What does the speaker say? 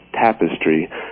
tapestry